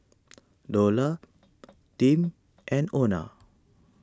Dola Tim and Ona